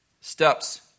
Steps